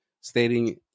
stating